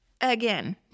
Again